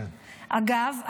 אגב,